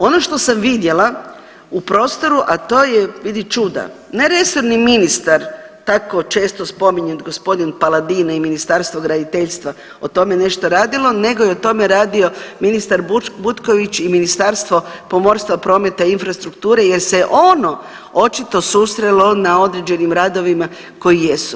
Ono što sam vidjela u prostoru, a to je vidi čudan, ne resorni ministar tako često spominjan gospodin Paladina i Ministarstvo graditeljstva o tome nešto radilo nego je o tome radio ministar Butković i Ministarstvo pomorstva, prometa i infrastrukture jer se je ono očito susrelo na određenim radovima koji jesu.